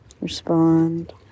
respond